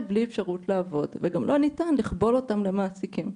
בלי אפשרות לעבוד וגם לא ניתן לכבול אותם למעסיקים.